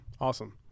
awesome